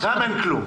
גם אין כלום.